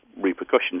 repercussions